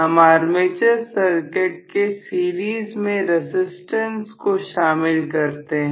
हम armature circuit के series में रसिस्टेंस को शामिल करते हैं